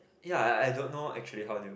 ya I I don't know actually how they work